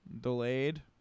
Delayed